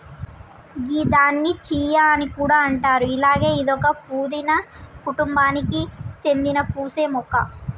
గిదాన్ని చియా అని కూడా అంటారు అలాగే ఇదొక పూదీన కుటుంబానికి సేందిన పూసే మొక్క